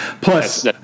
plus